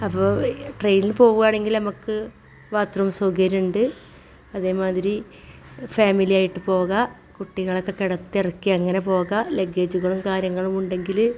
അപ്പം ട്രെയിനിൽ പോവുകയാണെങ്കിൽ നമുക്ക് ബാത്രൂം സൗകര്യം ഉണ്ട് അതേമാതിരി ഫാമിലി ആയിട്ട് പോകാം കുട്ടികളൊക്കെ കിടത്തി ഉറക്കി അങ്ങനെ പോകാം ലഗേജുകളും കാര്യങ്ങളും ഉണ്ടെങ്കിൽ